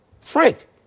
Frank